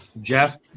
Jeff